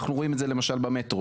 אנחנו רואים את זה למשל במטרו.